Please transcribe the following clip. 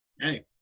hey